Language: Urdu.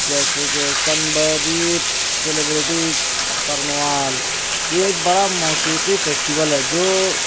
جیسے کہ یہ ایک بڑا موسیقی فیسٹیول ہے جو